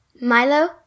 Milo